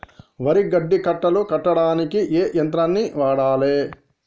వరి గడ్డి కట్టలు కట్టడానికి ఏ యంత్రాన్ని వాడాలే?